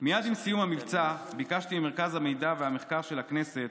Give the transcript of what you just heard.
מייד עם סיום המבצע ביקשתי ממרכז המחקר והמידע של הכנסת